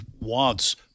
wants